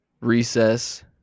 Recess